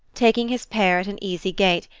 taking his pair at an easy gait,